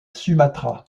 sumatra